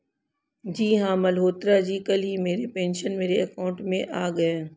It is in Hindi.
जी हां मल्होत्रा जी कल ही मेरे पेंशन मेरे अकाउंट में आ गए